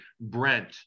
Brent